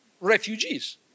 refugees